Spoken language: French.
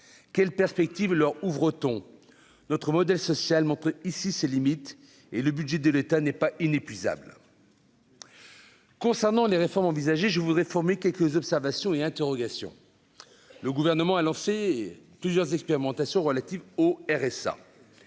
quelles perspectives leur ouvre ton notre modèle social montre ici ses limites et le budget de l'État n'est pas inépuisable. Concernant les réformes envisagées, je voudrais former quelques observations et interrogations, le gouvernement a lancé plusieurs expérimentations relatives au RSA